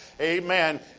Amen